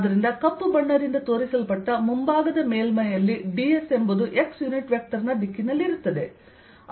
ಆದ್ದರಿಂದ ಕಪ್ಪು ಬಣ್ಣದಿಂದ ತೋರಿಸಲ್ಪಟ್ಟ ಮುಂಭಾಗದ ಮೇಲ್ಮೈಯಲ್ಲಿ ds ಎಂಬುದು x ಯುನಿಟ್ ವೆಕ್ಟರ್ ನ ದಿಕ್ಕಿನಲ್ಲಿರುತ್ತದೆ